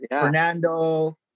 Fernando